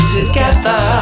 together